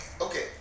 okay